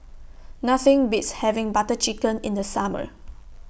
Nothing Beats having Butter Chicken in The Summer